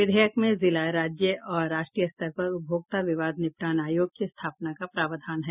विधेयक में जिला राज्य और राष्ट्रीय स्तर पर उपभोक्ता विवाद निपटान आयोग की स्थापना का प्रावधान है